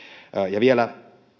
ja vielä